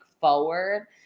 forward